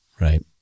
right